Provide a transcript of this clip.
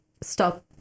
Stop